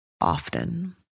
often